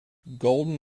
golden